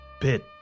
pit